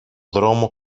δρόμο